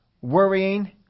worrying